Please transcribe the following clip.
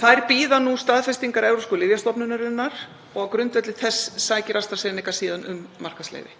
Þær bíða nú staðfestingar Evrópsku lyfjastofnunarinnar og á grundvelli þess sækir AstraZeneca síðan um markaðsleyfi.